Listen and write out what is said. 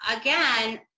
again